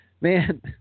Man